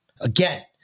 Again